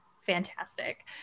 fantastic